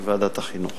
בוועדת החינוך,